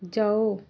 ਜਾਓ